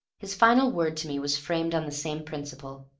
his final word to me was framed on the same principle.